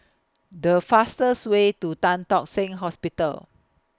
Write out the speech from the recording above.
The fastest Way to Tan Tock Seng Hospital